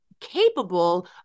capable